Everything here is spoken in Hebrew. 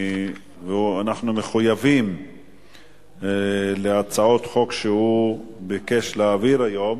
אנחנו מחויבים להצעות חוק שהוא ביקש להעביר היום: